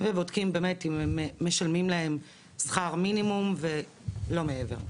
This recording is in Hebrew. ובודקים אם הם משלמים להם שכר מינימום ולא מעבר.